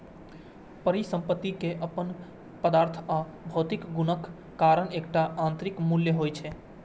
परिसंपत्ति के अपन पदार्थ आ भौतिक गुणक कारण एकटा आंतरिक मूल्य होइ छै